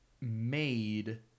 made